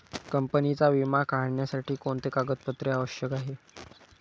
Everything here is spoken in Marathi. कंपनीचा विमा काढण्यासाठी कोणते कागदपत्रे आवश्यक आहे?